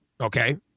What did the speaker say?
Okay